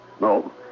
no